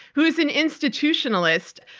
who is an institutionalist,